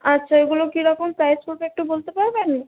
আচ্ছা ওইগুলো কি রকম প্রাইস পড়বে একটু বলতে পারবেন